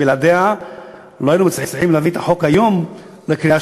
שבלעדיה לא היינו מצליחים להביא את החוק היום לקריאה